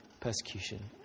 persecution